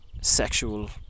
sexual